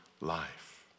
life